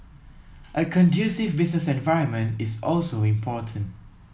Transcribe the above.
a conducive business environment is also important